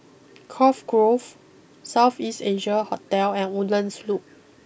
Cove Grove South East Asia Hotel and Woodlands Loop